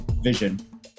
vision